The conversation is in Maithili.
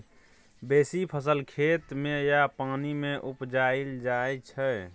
बेसी फसल खेत मे या पानि मे उपजाएल जाइ छै